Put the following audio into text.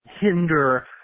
hinder